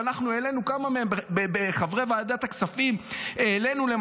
שאנחנו חברי ועדת הכספים העלינו כמה מהן,